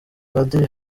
padiri